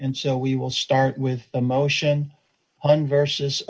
and so we will start with a motion on versus